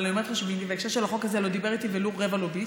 אבל אני אומרת לך שבהקשר של החוק הזה לא דיבר איתי ולו רבע לוביסט.